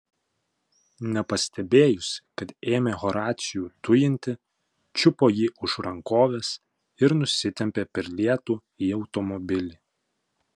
nepastebėjusi kad ėmė horacijų tujinti čiupo jį už rankovės ir nusitempė per lietų į automobilį